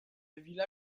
villa